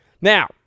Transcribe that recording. Now